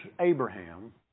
Abraham